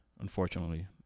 Unfortunately